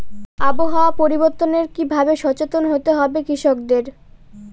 আবহাওয়া পরিবর্তনের কি ভাবে সচেতন হতে হবে কৃষকদের?